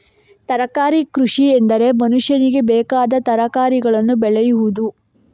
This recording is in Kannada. ತರಕಾರಿ ಕೃಷಿಎಂದರೆ ಮನುಷ್ಯನಿಗೆ ಬೇಕಾದ ತರಕಾರಿಗಳನ್ನು ಬೆಳೆಯುವುದು